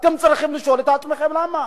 אתם צריכים לשאול את עצמכם למה,